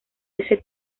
ese